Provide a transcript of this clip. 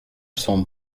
cent